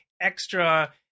extra